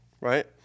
Right